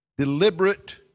deliberate